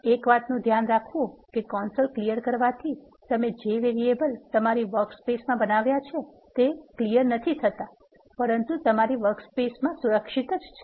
એક વાતનુ ધ્યાન રાખવુ કે કન્સોલ સાફ કરવાથી તમે જે વેરિએબલ તમારી વર્કસ્પેસ મા બનાવ્યા છે તે સાફ નથી થતા પરંતુ તે તમારી વર્કસ્પેસ મા સુરક્ષિત છે